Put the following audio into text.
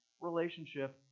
relationship